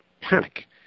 panic